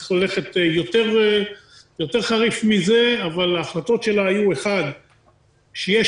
שצריך היה ללכת יתר חריף מזה אבל ההחלטות שלה היו: 1. שיש